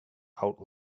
out